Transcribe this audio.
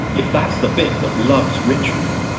if that's the bit that loves ritual,